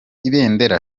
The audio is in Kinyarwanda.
ibendera